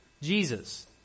Jesus